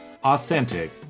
Authentic